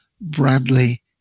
Bradley